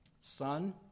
Son